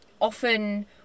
often